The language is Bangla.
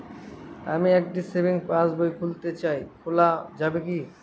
আমি একটি সেভিংস পাসবই খুলতে চাই খোলা যাবে কি?